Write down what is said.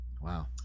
Wow